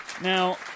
Now